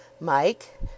Mike